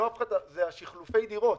זה שחלופי דירות.